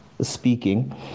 speaking